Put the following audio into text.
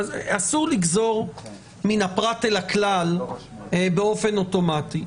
אסור לגזור מן הפרט אל הכלל באופן אוטומטי.